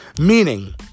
Meaning